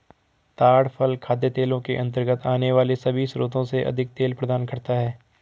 ताड़ फल खाद्य तेलों के अंतर्गत आने वाले सभी स्रोतों से अधिक तेल प्रदान करता है